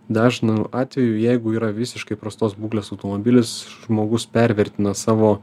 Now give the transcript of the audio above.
dažnu atveju jeigu yra visiškai prastos būklės automobilis žmogus pervertina savo